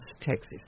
Texas